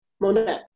Monet